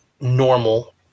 normal